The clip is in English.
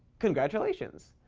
congratulations.